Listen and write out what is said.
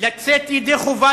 לצאת ידי חובה